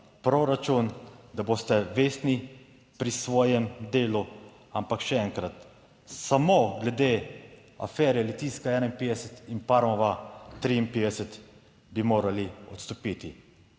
proračun, da boste vestni pri svojem delu, ampak še enkrat, samo glede afere Litijska 51 in Parmova 53 bi morali odstopiti.